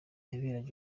yaberaga